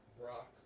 Brock